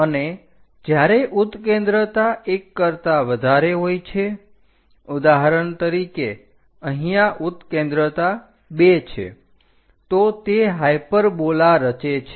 અને જ્યારે ઉત્કેન્દ્રતા 1 કરતાં વધારે હોય છે ઉદાહરણ તરીકે અહીંયા ઉત્કેન્દ્રતા 2 છે તો તે હાયપરબોલા રચે છે